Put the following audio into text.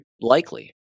likely